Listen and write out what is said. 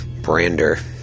Brander